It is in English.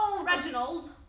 Reginald